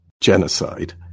genocide